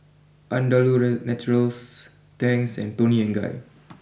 Andalou Naturals Tangs and Toni Guy